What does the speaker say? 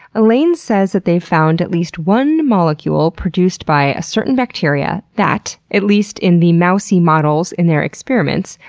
elaine says that they've found at least one molecule produced by a certain bacteria that, at least in the mousey models in their experiments,